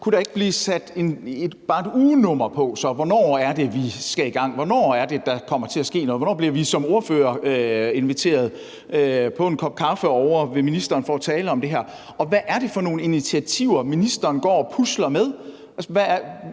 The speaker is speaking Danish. kunne blive sat et ugenummer på for, hvornår det så er, vi skal i gang. Hvornår er det, der kommer til at ske noget? Hvornår bliver vi som ordførere inviteret på en kop kaffe ovre ved ministeren for at tale om det her? Og hvad er det for nogle initiativer, ministeren går og pusler med?